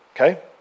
Okay